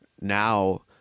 Now